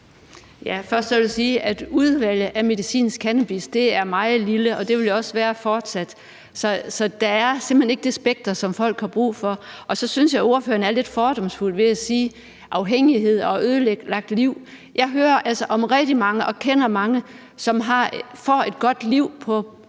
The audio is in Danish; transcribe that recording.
Først vil jeg sige, at udvalget af medicinsk cannabis er meget lille, og det vil det også fortsat være. Så der er simpelt hen ikke det spektrum, som folk har brug for. Og så synes jeg, at ordføreren er lidt fordomsfuld, når han taler om afhængighed og ødelagte liv. Jeg hører altså om rigtig mange – og kender mange – som får et godt liv, på grund